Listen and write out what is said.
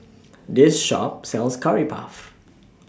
This Shop sells Curry Puff